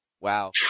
wow